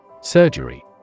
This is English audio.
Surgery